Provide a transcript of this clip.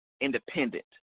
independent